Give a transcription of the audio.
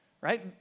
right